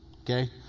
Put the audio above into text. Okay